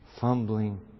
fumbling